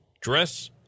dress